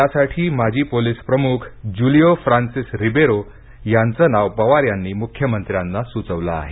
यासाठी माजी पोलिस प्रमुख जूलियो फ्रांसिस रिबेरो यांचं नाव पवार यांनी मुख्यमंत्र्यांना सुचवलं आहे